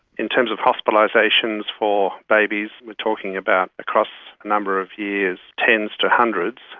in terms of hospitalisations for babies we are talking about across a number of years tens to hundreds,